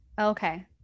Okay